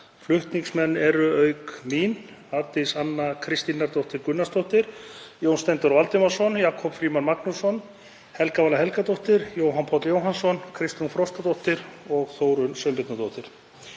Flutningsmenn eru, auk mín, Arndís Anna Kristínardóttir Gunnarsdóttir, Jón Steindór Valdimarsson, Jakob Frímann Magnússon, Helga Vala Helgadóttir, Jóhann Páll Jóhannsson, Kristrún Frostadóttir og Þórunn Sveinbjarnardóttir.